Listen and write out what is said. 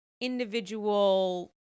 individual